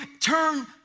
turn